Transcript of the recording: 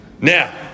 Now